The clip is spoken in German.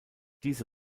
diese